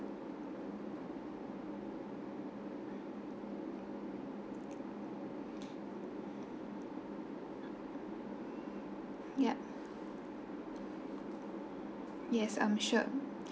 yup yes um sure